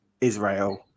Israel